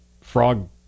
frog